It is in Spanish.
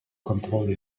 control